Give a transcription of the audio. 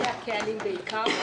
אלו הקהלים בעיקר.